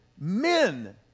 men